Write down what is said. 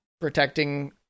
protecting